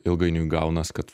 ilgainiui gaunas kad